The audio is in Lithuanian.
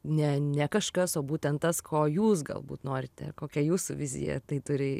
ne ne kažkas o būtent tas ko jūs galbūt norite kokią jūsų viziją tai turi